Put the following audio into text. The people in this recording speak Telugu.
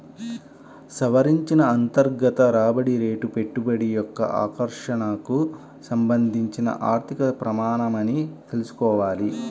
సవరించిన అంతర్గత రాబడి రేటు పెట్టుబడి యొక్క ఆకర్షణకు సంబంధించిన ఆర్థిక ప్రమాణమని తెల్సుకోవాలి